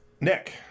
Nick